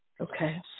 okay